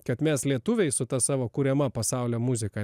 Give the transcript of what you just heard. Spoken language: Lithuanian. kad mes lietuviai su ta savo kuriama pasaulio muzika